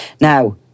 Now